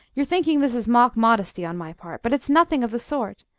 you're thinking this is mock modesty on my part. but it's nothing of the sort.